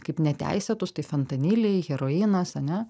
kaip neteisėtus tai fentaniliai heroinas ane